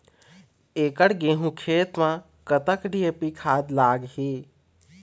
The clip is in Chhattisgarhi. एकड़ गेहूं खेत म कतक डी.ए.पी खाद लाग ही?